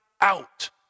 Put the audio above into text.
out